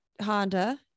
Honda